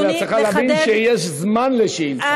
רגע,